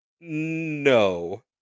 No